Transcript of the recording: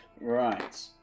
Right